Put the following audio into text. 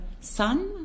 sun